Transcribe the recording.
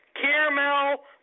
caramel